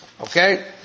Okay